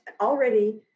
already